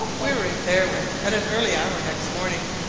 we were in berwick at an early hour next morning,